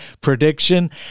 prediction